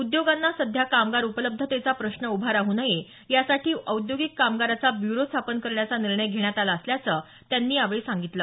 उद्योगांना सध्या कामगार उपलब्धतेचा प्रश्न उभा राहू नये साठी औद्योगिक कामगाराचा ब्यूरो स्थापन करण्याचा निर्णय घेण्यात आला असल्याचं त्यांनी यावेळी सांगितलं